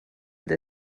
with